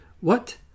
What